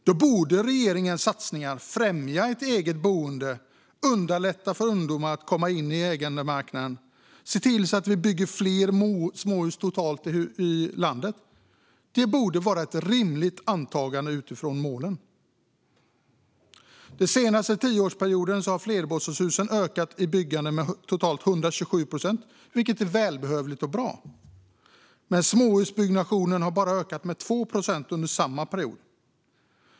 Då borde regeringens satsningar främja ett eget boende, underlätta för ungdomar att komma in på ägandemarknaden och se till att vi bygger fler småhus totalt i landet. Det borde vara ett rimligt antagande utifrån målen. Den senaste tioårsperioden har byggandet av flerbostadshus ökat med 127 procent, vilket är välbehövligt och bra. Men småhusbyggnationen har ökat med bara 2 procent under samma period.